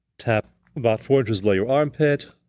tap about four inches below your armpit,